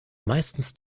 meistens